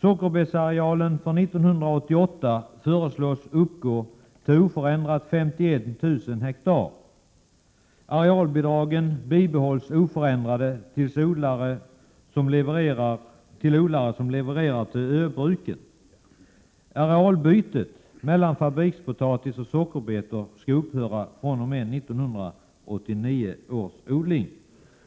Sockerbetsarealen för 1988 föreslås uppgå till oförändrade 51 000 hektar. Arealbidragen bibehålls oförändrade till odlare som levererat betor till ö-bruken, dvs. bruken på Öland och Gotland. Arealbytet mellan fabrikspotatis och socker skall upphöra fr.o.m. 1989 års odling.